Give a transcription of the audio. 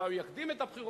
אולי הוא יקדים את הבחירות,